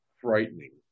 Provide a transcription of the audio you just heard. frightening